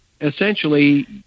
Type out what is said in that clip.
essentially